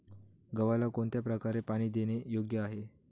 गव्हाला कोणत्या प्रकारे पाणी देणे योग्य आहे?